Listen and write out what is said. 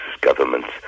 government's